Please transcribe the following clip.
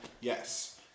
Yes